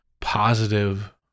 positive